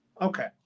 Okay